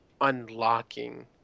unlocking